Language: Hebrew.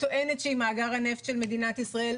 טוענת שהיא מאגר הנפט של מדינת ישראל,